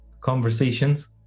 conversations